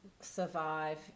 survive